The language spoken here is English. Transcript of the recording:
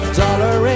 dollar